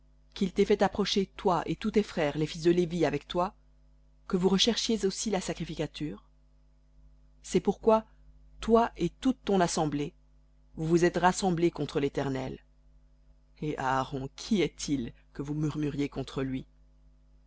qu'il t'ait fait approcher toi et tous tes frères les fils de lévi avec toi que vous recherchiez aussi la sacrificature cest pourquoi toi et toute ton assemblée vous vous êtes rassemblés contre l'éternel et aaron qui est-il que vous murmuriez contre lui